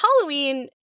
Halloween